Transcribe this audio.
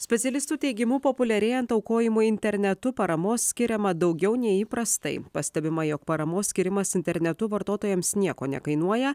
specialistų teigimu populiarėjant aukojimui internetu paramos skiriama daugiau nei įprastai pastebima jog paramos skyrimas internetu vartotojams nieko nekainuoja